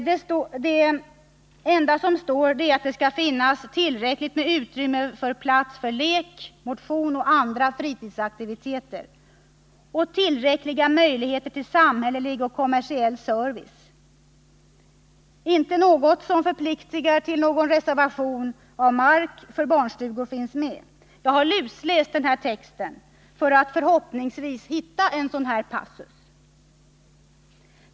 Det enda som står i betänkandet är att det skall finnas tillräckligt med utrymme för lek, motion och andra fritidsaktiviteter och tillräckliga möjligheter till samhällelig och kommersiell service. Inte något som förpliktar till reservation av mark för barnstugor finns med. Jag har lusläst texten för att förhoppningsvis hitta en sådan passus.